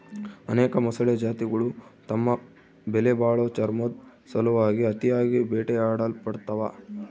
ಅನೇಕ ಮೊಸಳೆ ಜಾತಿಗುಳು ತಮ್ಮ ಬೆಲೆಬಾಳೋ ಚರ್ಮುದ್ ಸಲುವಾಗಿ ಅತಿಯಾಗಿ ಬೇಟೆಯಾಡಲ್ಪಡ್ತವ